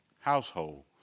household